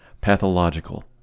pathological